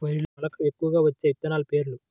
వరిలో మెలక ఎక్కువగా వచ్చే విత్తనాలు పేర్లు?